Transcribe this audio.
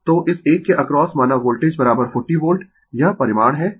तो इस एक के अक्रॉस माना वोल्टेज 40 वोल्ट यह परिमाण है